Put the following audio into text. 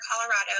Colorado